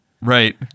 Right